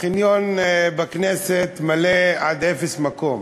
החניון בכנסת מלא עד אפס מקום.